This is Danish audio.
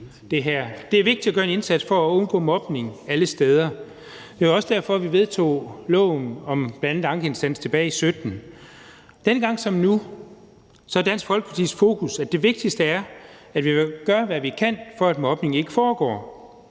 Det er vigtigt at gøre en indsats for at undgå mobning alle steder. Det var også derfor, vi vedtog loven om bl.a. en ankeinstans tilbage i 2017. Dengang som nu er Dansk Folkepartis fokus, at det vigtigste er, at vi vil gøre, hvad vi kan, for at mobning ikke foregår.